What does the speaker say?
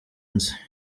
nzi